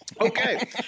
Okay